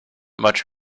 much